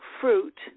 fruit